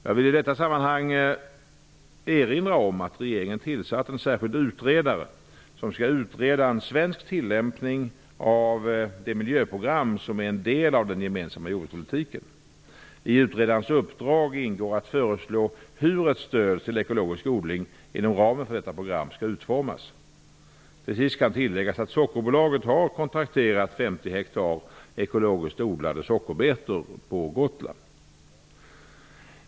Jag vill i detta sammanhang erinra om att regeringen tillsatt en särskild utredare, som skall utreda en svensk tillämpning av det miljöprogram som är en del av den gemensamma jordbrukspolitiken. I utredarens uppdrag ingår att föreslå hur ett stöd till ekologisk odling inom ramen för detta program skall utformas. Till sist kan tilläggas att Sockerbolaget har kontrakterat 50 hektar ekologiskt odlade sockerbetor på Gotland.